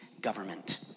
government